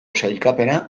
sailkapena